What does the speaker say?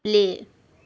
play